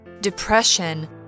depression